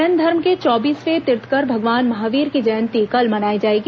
जैन धर्म के चौबीसवें तीर्थंकर भगवान महावीर की जयंती कल मनाई जाएगी